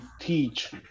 teach